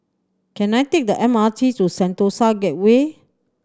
can I take the M R T to Sentosa Gateway